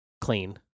clean